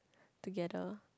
together